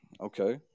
Okay